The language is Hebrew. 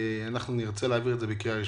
אנחנו נרצה להעביר את זה בקריאה ראשונה.